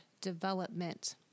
development